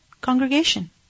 congregation